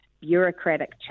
bureaucratic